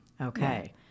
okay